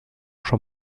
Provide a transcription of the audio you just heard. schon